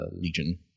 Legion